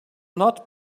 not